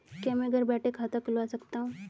क्या मैं घर बैठे खाता खुलवा सकता हूँ?